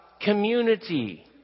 community